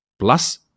plus